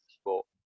sport